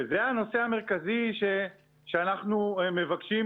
וזה הנושא המרכזי שאנחנו מבקשים